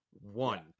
One